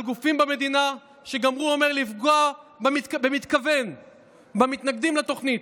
על גופים במדינה שגמרו אומר לפגוע במתכוון במתנגדים לתוכנית,